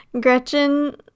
Gretchen